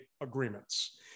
agreements